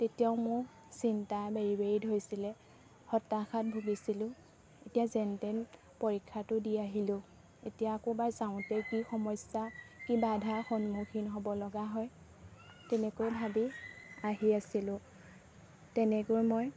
তেতিয়াও মোক চিন্তাই বেৰি বেৰি ধৰিছিলে হতাশাত ভুগিছিলোঁ এতিয়া যেন তেন পৰীক্ষাটো দি আহিলোঁ এতিয়া আকৌ বা যাওঁতে কি সমস্যা কি বাধা সন্মুখীন হ'ব লগা হয় তেনেকৈ ভাবি আহি আছিলোঁ তেনেকৈ মই